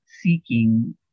seeking